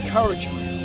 Encouragement